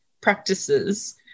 practices